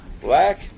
black